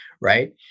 Right